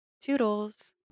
Toodles